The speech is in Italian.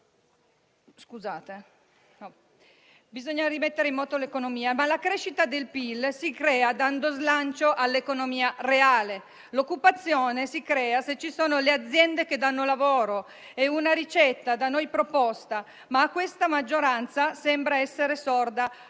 la crescita del PIL si crea dando slancio all'economia reale; l'occupazione si crea se ci sono le aziende che danno lavoro. È una ricetta da noi proposta, ma questa maggioranza sembra essere sorda